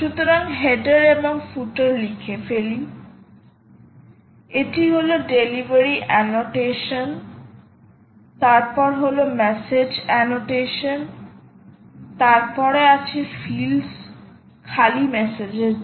সুতরাং হেডার এবং ফুটার লিখে ফেলি এটা হল ডেলিভারি এ্যানোট্যাশন তারপর হলো মেসেজ এ্যানোট্যাশন তারপরে আছে ফিল্ডস খালি মেসেজের জন্য